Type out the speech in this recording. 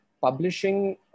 publishing